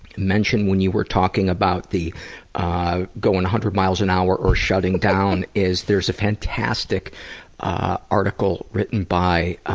mention when you were talking about the going a hundred miles an hour or shutting down is, there's a fantastic article written by